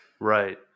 Right